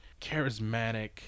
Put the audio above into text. charismatic